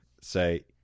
say